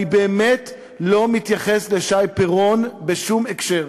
אני באמת לא מתייחס לשי פירון בשום הקשר.